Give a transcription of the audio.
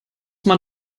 man